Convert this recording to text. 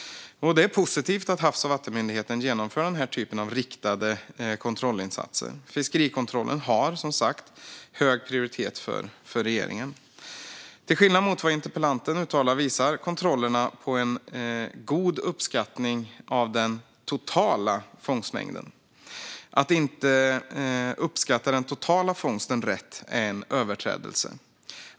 Det är positivt att Havs och vattenmyndigheten genomför den typen av riktade kontrollinsatser. Fiskerikontrollen har som sagt hög prioritet för regeringen. Till skillnad från vad interpellanten uttalar visar kontrollerna på en god uppskattning av den totala fångstmängden. Att inte uppskatta den totala fångsten rätt är en överträdelse.